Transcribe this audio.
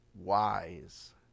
wise